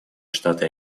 штаты